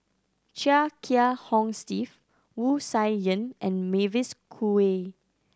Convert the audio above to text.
Chia Kiah Hong Steve Wu Tsai Yen and Mavis Khoo Oei